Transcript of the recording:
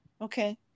Okay